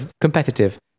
competitive